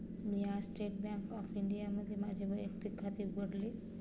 मी आज State Bank of इंडियामध्ये माझे वैयक्तिक खाते उघडले